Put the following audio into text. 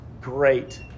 great